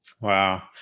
Wow